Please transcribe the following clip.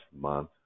month